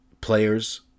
players